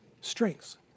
strengths